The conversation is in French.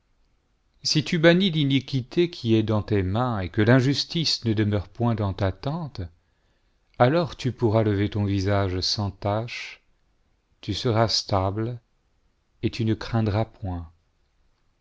si tu bannis l'iniquité qui est dans tes mains et que l'injustice ne demeure point dans tattente alors tu pourras lever ton visage sans tache tu seras stable et tu ue craindras point